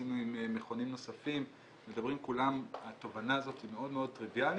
עשינו עם מכונים נוספים התובנה הזאת היא מאוד מאוד טריוויאלית